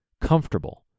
comfortable